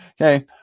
Okay